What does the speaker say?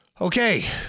Okay